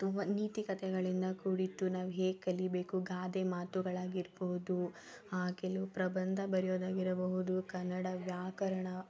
ತುಂಬ ನೀತಿ ಕಥೆಗಳಿಂದ ಕೂಡಿತ್ತು ನಾವು ಹೇಗೆ ಕಲಿಬೇಕು ಗಾದೆ ಮಾತುಗಳಾಗಿರ್ಬೋದು ಕೆಲವು ಪ್ರಬಂಧ ಬರೆಯೋದಾಗಿರಬಹುದು ಕನ್ನಡ ವ್ಯಾಕರಣ